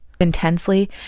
intensely